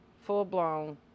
full-blown